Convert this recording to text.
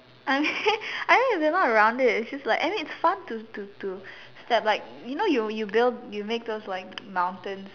I mean I mean if they're not around it it's just like and then it's fun to to to step like you know you you build you make those like mountains